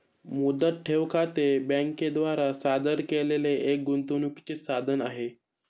मुदत ठेव खाते बँके द्वारा सादर केलेले एक गुंतवणूकीचे साधन आहे